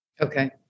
Okay